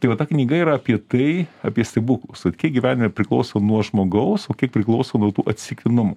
tai va ta knyga yra apie tai apie stebuklus vat kiek gyvenime priklauso nuo žmogaus o kiek priklauso nuo tų atsitiktinumų